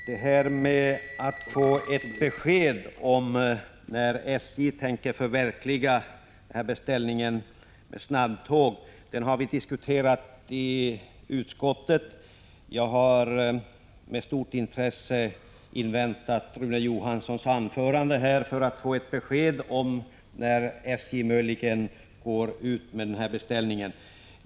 Herr talman! Svårigheten att få ett besked om när SJ tänker förverkliga beställningen när det gäller snabbtåg har vi diskuterat i utskottet. Jag har med stort intresse inväntat Rune Johanssons anförande här för att få ett besked om när SJ möjligen går ut med denna beställning.